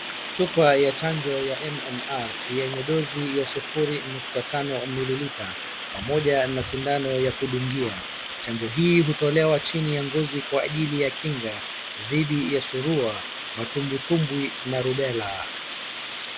Chupa ya chanjo ya MMR yenye dozi ya sufuri nukta tano mililita pamoja na sindano ya kudungia. Chanjo hii hutolewa chini ya ngozi kwa ajili ya kinga dhidi ya surua, matumbwitumbwi na rubela.